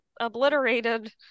obliterated